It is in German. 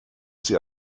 sie